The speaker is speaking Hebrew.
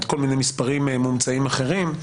עד כול מיני מספרים מומצאים אחרים.